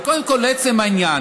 אבל קודם כול, לעצם העניין.